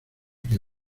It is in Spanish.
qué